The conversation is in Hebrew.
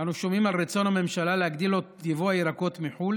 אנו שומעים על רצון הממשלה להגדיל את ייבוא הירקות מחו"ל